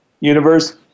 Universe